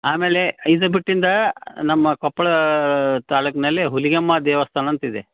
ಆಮೇಲೆ ಇದು ಬಿಟ್ಟಿಂದಾ ನಮ್ಮ ಕೊಪ್ಪಳ ತಾಲೂಕಿನಲ್ಲಿ ಹುಲಿಗೆಮ್ಮ ದೇವಸ್ಥಾನ ಅಂತಿದೆ